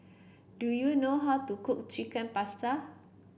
do you know how to cook Chicken Pasta